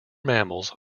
mammals